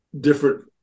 different